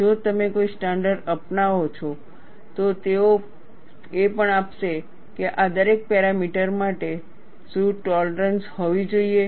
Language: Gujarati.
જો તમે કોઈ સ્ટાન્ડર્ડ અપનાવો છો તો તેઓ એ પણ આપશે કે આ દરેક પેરામીટર માટે શું ટોલરન્સ હોવી જોઈએ